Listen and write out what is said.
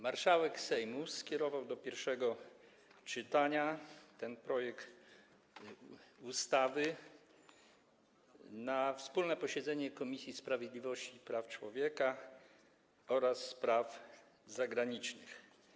Marszałek Sejmu skierował do pierwszego czytania ten projekt ustawy na wspólne posiedzenie Komisji Sprawiedliwości i Praw Człowieka oraz Komisji Spraw Zagranicznych.